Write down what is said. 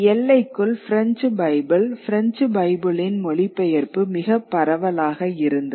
எல்லைக்குள் French Bible French பைபிளின் மொழிபெயர்ப்பு மிகப்பரவலாக இருந்தது